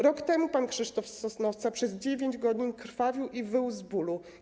Rok temu pan Krzysztof z Sosnowca przez 9 godzin krwawił i wył z bólu.